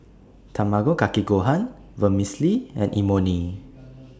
Tamago Kake Gohan Vermicelli and Imoni